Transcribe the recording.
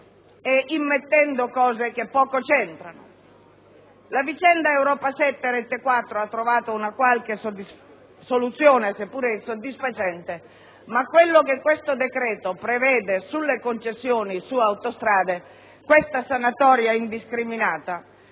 immettendo cose che poco c'entrano.